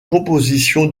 composition